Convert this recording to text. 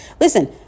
Listen